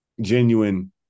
genuine